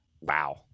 Wow